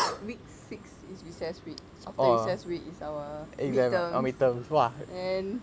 week six is recess week after recess week is our midterms then